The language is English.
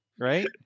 Right